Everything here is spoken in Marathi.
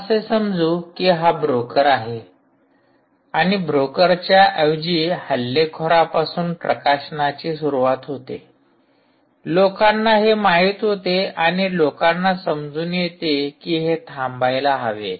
आता असे समजू की हा ब्रोकर आहे आणि ब्रोकरच्या ऐवजी हल्लेखोरापासून प्रकाशनाची सुरुवात होते लोकांना हे माहित होते आणि लोकांना समजून येते की हे थांबवायला हवे